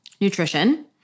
nutrition